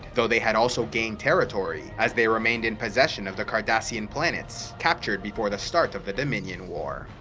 though they had also gained territory, as they remained in possession of the cardassian planets captured before the start of the dominion war.